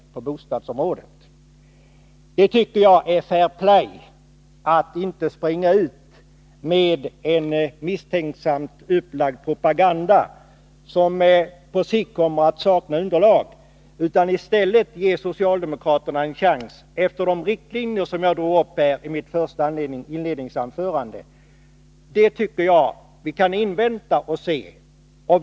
Jag tycker att det hör till fair play att inte gå ut med en misstänksamt upplagd propaganda, som på sikt kommer att sakna underlag, utanistället ge socialdemokraterna en chans att arbeta efter de riktlinjer som jag drog uppi mitt inledningsanförande. Vi borde kunna invänta resultatet.